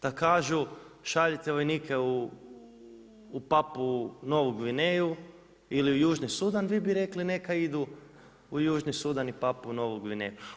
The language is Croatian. Da kažu šaljite vojnike u Papuu Novu Gvineju ili u Južni Sudan vi bi rekli neka idu u Južni Sudan i Papuu Novu Gvineju.